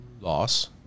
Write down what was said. Loss